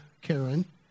Karen